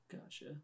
Gotcha